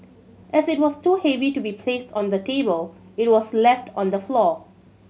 as it was too heavy to be placed on the table it was left on the floor